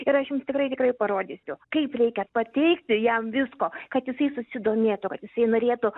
ir aš jums tikrai tikrai parodysiu kaip reikia pateikti jam visko kad jisai susidomėtų kad jisai norėtų